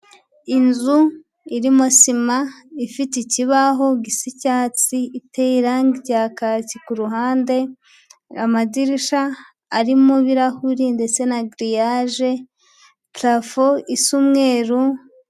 Inzu irimo sima ifite ikibaho gisa icyatsi iteye irangi rya kaki ku ruhande, amadirisha arimo ibirahuri ndetse na giriyaje, purafo isa umweru.